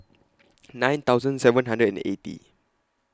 nine thousand seven hundred and eighty